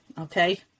Okay